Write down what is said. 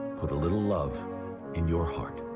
put a little love in your heart.